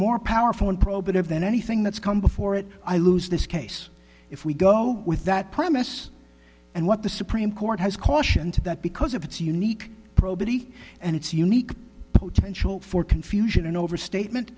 more powerful and probative than anything that's come before it i lose this case if we go with that premise and what the supreme court has cautioned that because of its unique probity and its unique potential for confusion and overstatement